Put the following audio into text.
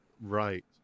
right